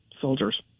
soldiers